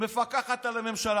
מפקחת על הממשלה,